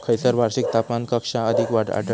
खैयसर वार्षिक तापमान कक्षा अधिक आढळता?